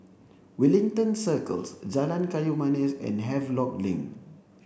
Wellington Circles Jalan Kayu Manis and Havelock Link